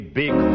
big